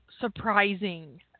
surprising